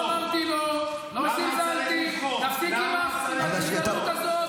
תפסיק עם ההתנהגות הזאת.